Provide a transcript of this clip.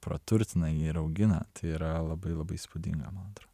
praturtina jį ir augina tai yra labai labai įspūdinga man atrodo